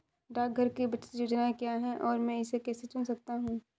डाकघर की बचत योजनाएँ क्या हैं और मैं इसे कैसे चुन सकता हूँ?